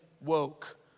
woke